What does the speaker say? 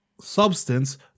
substance